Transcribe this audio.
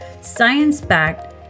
science-backed